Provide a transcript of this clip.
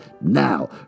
Now